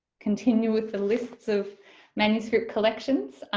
continue with the lists of manuscript collections,